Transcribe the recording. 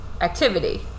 activity